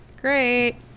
Great